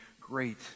Great